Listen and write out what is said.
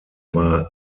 war